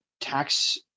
tax